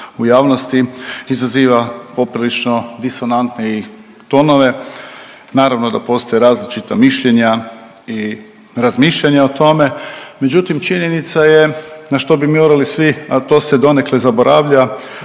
u javnosti, izaziva poprilično disonantne tonove. Naravno da postoje različita mišljenja i razmišljanja o tome, međutim činjenica je na što bi morali svi, a to se donekle zaboravlja